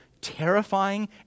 terrifying